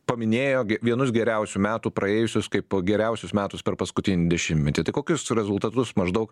paminėjo ge vienus geriausių metų praėjusius kaip po geriausius metus per paskutinį dešimtmetį tai kokius rezultatus maždaug